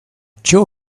two